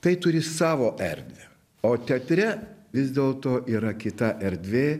tai turi savo erdvę o teatre vis dėlto yra kita erdvė